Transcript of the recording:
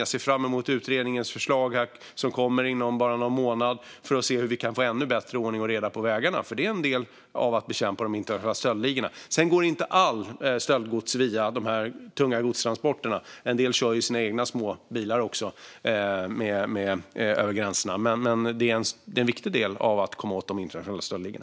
Jag ser fram emot att få utredningens förslag inom bara någon månad för att se hur vi kan få ännu bättre ordning och reda på vägarna. Det är en del av att bekämpa de internationella stöldligorna. Sedan går inte allt stöldgods via de tunga godstransporterna. En del kör ju sina egna små bilar över gränserna. Men det är en viktig del av att komma åt de internationella stöldligorna.